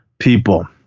people